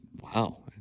Wow